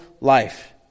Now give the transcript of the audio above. life